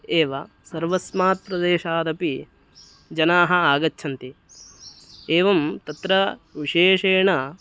एव सर्वस्मात् प्रदेशादपि जनाः आगच्छन्ति एवं तत्र विशेषेण